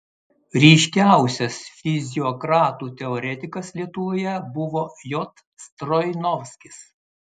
ryškiausias fiziokratų teoretikas lietuvoje buvo j stroinovskis